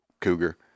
cougar